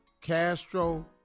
Castro